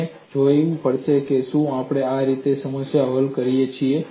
આપણે જઈને જોવું પડશે શું આપણે આ રીતે સમસ્યા હલ કરીએ છીએ